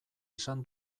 esan